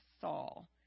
Saul